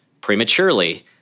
prematurely